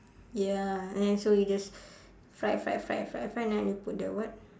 ya and so you just fry fry fry fry fry then you put the what